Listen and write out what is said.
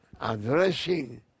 addressing